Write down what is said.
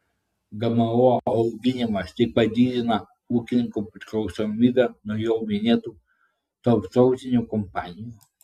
gmo auginimas tik padidina ūkininkų priklausomybę nuo jau minėtų tarptautinių kompanijų